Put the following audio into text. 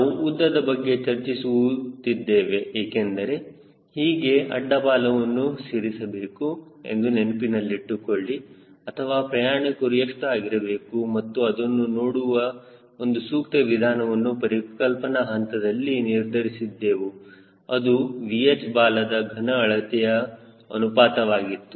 ನಾವು ಉದ್ದದ ಬಗ್ಗೆ ಚರ್ಚಿಸುತ್ತಿದ್ದೆವು ಏಕೆಂದರೆ ಹೇಗೆ ಅಡ್ಡ ಬಾಲವನ್ನು ಸೇರಿಸಬಹುದು ಎಂದು ನೆನಪಿನಲ್ಲಿಟ್ಟುಕೊಳ್ಳಿ ಅದರ ಪ್ರಮಾಣವು ಎಷ್ಟು ಆಗಿರಬೇಕು ಮತ್ತು ಅದನ್ನು ನೋಡುವ ಒಂದು ಸೂಕ್ತ ವಿಧಾನವನ್ನು ಪರಿಕಲ್ಪನಾ ಹಂತದಲ್ಲಿ ನಿರ್ಧರಿಸಿದ್ದೆವು ಅದು VH ಬಾಲದ ಘನ ಅಳತೆಯ ಅನುಪಾತವಾಗಿತ್ತು